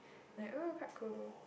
like woh quite cool